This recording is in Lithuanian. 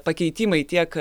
pakeitimai tiek